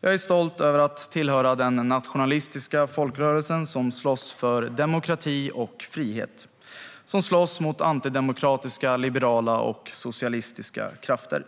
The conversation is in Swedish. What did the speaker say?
Jag är stolt över att tillhöra den nationalistiska folkrörelse som slåss för demokrati och frihet och som slåss mot antidemokratiska, liberala och socialistiska krafter.